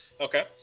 Okay